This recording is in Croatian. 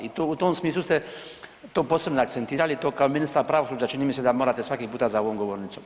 I u tom smislu ste to posebno akcentirali i to kao ministar pravosuđa čini mi se da morate svaki puta za ovom govornicom.